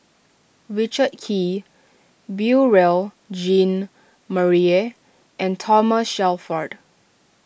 Richard Kee Beurel Jean Marie and Thomas Shelford